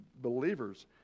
believers